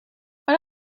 what